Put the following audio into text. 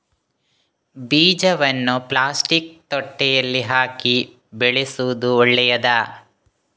ಬೀಜವನ್ನು ಪ್ಲಾಸ್ಟಿಕ್ ತೊಟ್ಟೆಯಲ್ಲಿ ಹಾಕಿ ಬೆಳೆಸುವುದು ಒಳ್ಳೆಯದಾ?